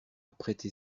prêter